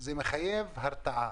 זה מחייב הרתעה.